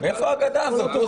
עוזי, מאיפה האגדה הזאת?